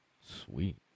Sweet